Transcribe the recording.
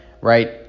right